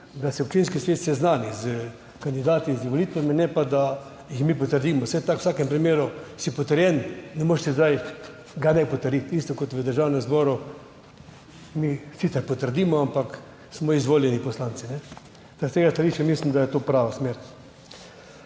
da se občinski svet seznani s kandidati, z volitvami, ne pa, da jih mi potrdimo. Saj si tako v vsakem primeru potrjen, ne moreš zdaj ne potrditi. Enako kot v Državnem zboru, mi sicer potrdimo, ampak smo izvoljeni poslanci. S tega stališča mislim, da je to prava smer.